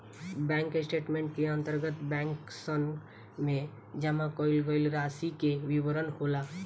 bank statement के अंतर्गत बैंकसन में जमा कईल गईल रासि के विवरण होला